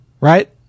Right